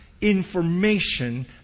information